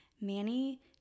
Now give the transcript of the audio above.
Manny